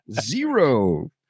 Zero